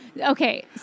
Okay